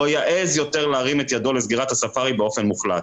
לא יעז יותר להרים את ידו לסגירת הספארי באופן מוחלט.